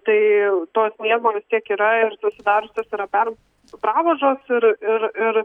tai to sniego vis tiek yra ir susidariusios yra per pravažos ir ir ir